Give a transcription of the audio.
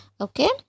Okay